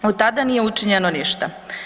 Od tada nije učinjeno ništa.